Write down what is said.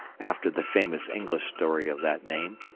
after the famous english story of that name,